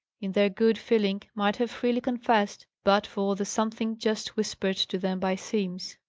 in their good feeling, might have freely confessed, but for the something just whispered to them by simms.